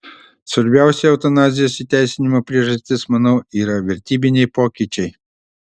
svarbiausia eutanazijos įteisinimo priežastis manau yra vertybiniai pokyčiai